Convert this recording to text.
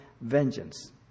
vengeance